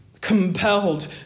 compelled